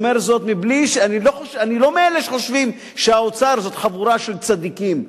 אני לא מאלה שחושבים שהאוצר זו חבורה של צדיקים.